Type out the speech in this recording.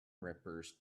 rippers